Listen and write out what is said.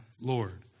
Lord